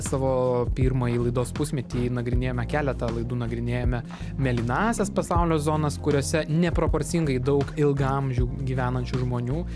savo pirmąjį laidos pusmetį nagrinėjame keletą laidų nagrinėjame mėlynąsias pasaulio zonas kuriose neproporcingai daug ilgaamžių gyvenančių žmonių